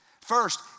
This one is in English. First